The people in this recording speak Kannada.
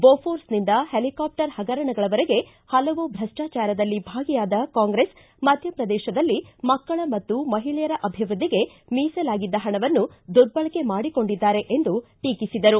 ಬೋಫೋರ್ಸ್ನಿಂದ ಹೆಲಿಕಾಪ್ಟರ್ ಪಗರಣಗಳವರೆಗೆ ಪಲವು ಭ್ರಷ್ಟಾಚಾರದಲ್ಲಿ ಭಾಗಿಯಾದ ಕಾಂಗ್ರೆಸ್ ಮಧ್ಯಪ್ರದೇಶದಲ್ಲಿ ಮಕ್ಕಳ ಮತ್ತು ಮಹಿಳೆಯರ ಅಭಿವ್ಯದ್ದಿಗೆ ಮೀಸಲಾಗಿದ್ದ ಪಣವನ್ನು ದುರ್ಬಳಕೆ ಮಾಡಿಕೊಂಡಿದ್ದಾರೆ ಎಂದು ಟೀಕಿಸಿದರು